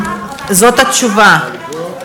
זאת התשובה.